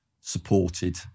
supported